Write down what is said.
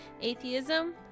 Atheism